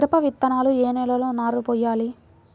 మిరప విత్తనాలు ఏ నెలలో నారు పోయాలి?